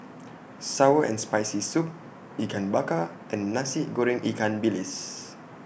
Sour and Spicy Soup Ikan Bakar and Nasi Goreng Ikan Bilis